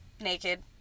naked